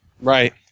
Right